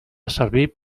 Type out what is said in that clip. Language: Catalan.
servir